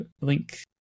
link